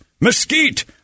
mesquite